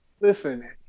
Listen